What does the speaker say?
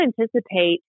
anticipate